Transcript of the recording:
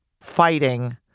fighting